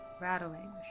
rattling